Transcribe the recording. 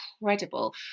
incredible